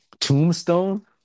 Tombstone